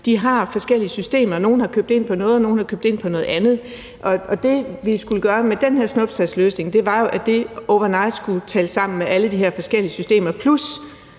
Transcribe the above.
De har forskellige systemer. Nogle har købt ind på noget, og nogle har købt ind på noget andet. Det, vi skulle gøre med den her snuptagsløsning, var jo at få det til overnight at tale sammen med alle de her forskellige systemer plus